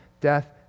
death